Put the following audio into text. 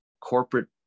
corporate